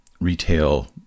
retail